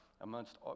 amongst